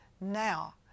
now